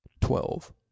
twelve